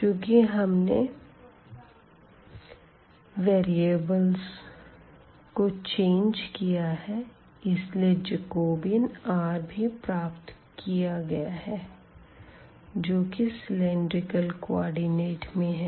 चूँकि हमने वेरिएबल्स को चेंज किया है इसलिए जैकोबियन r भी प्राप्त किया गया है जो की सिलेंडरिकल कोऑर्डिनेट में है